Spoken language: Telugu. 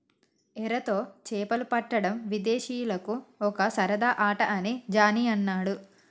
ఎరతో చేపలు పట్టడం విదేశీయులకు ఒక సరదా ఆట అని జానీ అన్నాడు